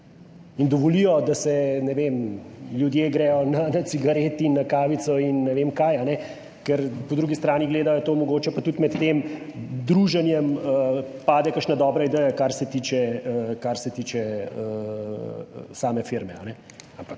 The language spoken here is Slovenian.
in dovolijo, da se, ne vem, ljudje gredo na cigaret in na kavico in ne vem, kaj. Ker po drugi strani gledajo to, mogoče pa tudi med tem druženjem pade kakšna dobra ideja, kar se tiče same firme.